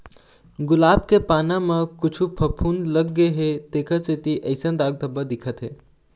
गुलाब के पाना म कुछु फफुंद लग गे हे तेखर सेती अइसन दाग धब्बा दिखत हे